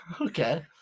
Okay